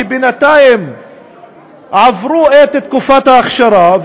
כי בינתיים עברו את תקופת האכשרה,